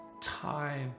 time